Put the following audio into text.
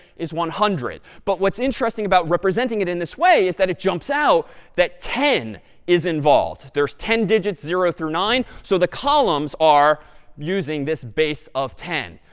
is one hundred. but what's interesting about representing it in this way is that it jumps out that ten is involved. there's ten digits, zero through nine, so the columns are using this base of ten.